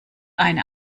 eine